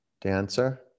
Dancer